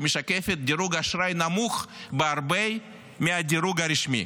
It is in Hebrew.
שמשקפת דירוג אשראי נמוך בהרבה מהדירוג הרשמי,